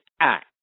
Act